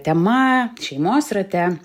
tema šeimos rate